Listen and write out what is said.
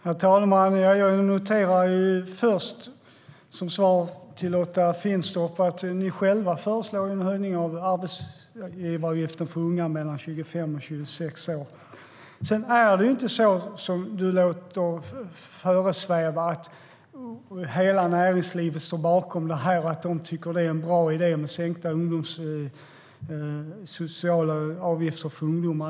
Herr talman! Jag noterar först, som svar till Lotta Finstorp, att ni själva ju föreslår en höjning av arbetsgivaravgiften för unga mellan 25 och 26 år. Det är inte som du låter föresväva - att hela näringslivet står bakom detta och att de tycker att det är en bra idé med sänkta sociala avgifter för ungdomar.